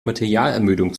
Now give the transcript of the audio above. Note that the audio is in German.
materialermüdung